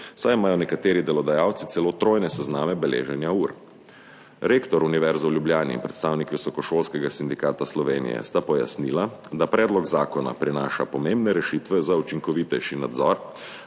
saj imajo nekateri delodajalci celo trojne sezname beleženja ur. Rektor Univerze v Ljubljani in predstavnik Visokošolskega sindikata Slovenije sta pojasnila, da predlog zakona prinaša pomembne rešitve za učinkovitejši nadzor